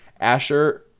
Asher